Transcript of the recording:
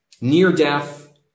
near-death